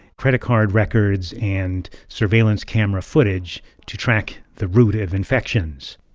credit card records and surveillance camera footage to track the route of infections